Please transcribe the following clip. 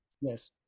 Yes